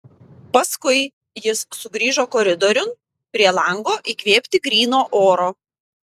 paskui jis sugrįžo koridoriun prie lango įkvėpti gryno oro